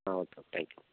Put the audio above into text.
ah okay thank you